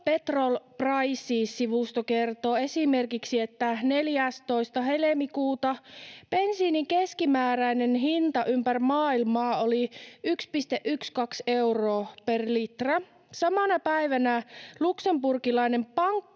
Petrol Prices -sivusto kertoo esimerkiksi, että 14. helmikuuta bensiinin keskimääräinen hinta ympäri maailmaa oli 1,12 euroa per litra. Samana päivänä luxemburgilainen pankkiiri